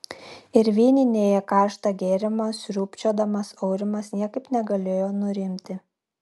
ir vyninėje karštą gėrimą sriubčiodamas aurimas niekaip negalėjo nurimti